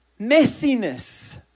messiness